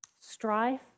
strife